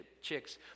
chicks